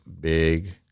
big